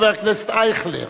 חבר הכנסת אייכלר.